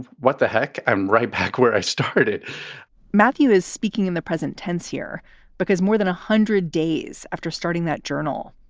what the heck? i'm right back where i started matthew is speaking in the present tense here because more than one hundred days after starting that journal,